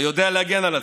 אתה יודע להגן על עצמך.